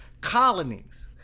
colonies